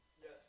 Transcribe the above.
Yes